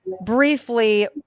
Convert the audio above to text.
briefly